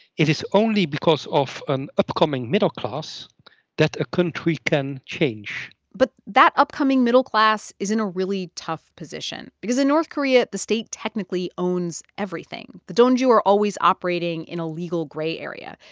it is only because of an upcoming middle class that a country can change but that upcoming middle class is in a really tough position because in north korea, the state technically owns everything. the donju are always operating in a legal gray area.